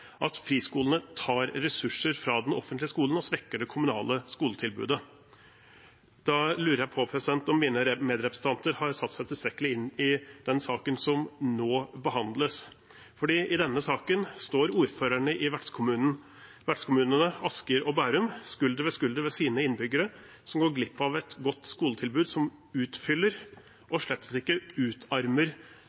at friskolene tar ressurser fra den offentlige skolen og svekker det kommunale skoletilbudet. Da lurer jeg på om mine medrepresentanter har satt seg tilstrekkelig inn i den saken som nå behandles. I denne saken står ordførerne i vertskommunene Asker og Bærum skulder ved skulder med sine innbyggere, som går glipp av et godt skoletilbud, som utfyller og slett ikke utarmer